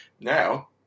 Now